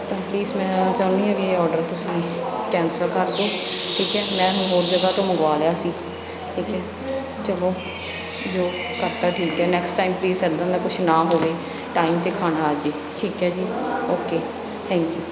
ਤਾਂ ਪਲੀਜ ਮੈਂ ਚਾਹੁੰਦੀ ਹਾਂ ਕਿ ਇਹ ਔਡਰ ਤੁਸੀਂ ਕੈਂਸਲ ਕਰ ਦਿਓ ਠੀਕ ਹੈ ਮੈਂ ਹੁਣ ਹੋਰ ਜਗ੍ਹਾਂ ਤੋਂ ਮੰਗਵਾ ਲਿਆ ਸੀ ਠੀਕ ਹੈ ਚੱਲੋ ਜੋ ਕਰਤਾ ਠੀਕ ਹੈ ਨੈਕਸਟ ਟਾਈਮ ਪਲੀਜ਼ ਇੱਦਾਂ ਦਾ ਕੁਛ ਨਾ ਹੋਵੇ ਟਾਈਮ 'ਤੇ ਖਾਣਾ ਆਜੇ ਠੀਕ ਹੈ ਜੀ ਓਕੇ ਥੈਂਕ ਯੂ